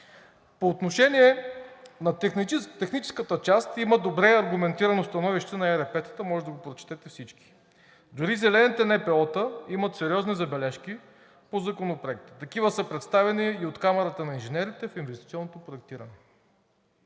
По отношение на техническата част има добре аргументирано становище на ЕРП-тата, може да го прочетете всички. Дори зелените НПО-та имат сериозни забележки по Законопроекта. Такива са представени и от Камарата на инженерите в инвестиционното проектиране.